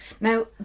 Now